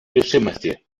решимости